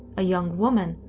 a young woman,